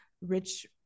rich